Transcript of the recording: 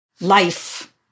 Life